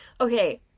Okay